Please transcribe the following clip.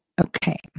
Okay